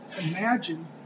imagine